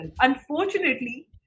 Unfortunately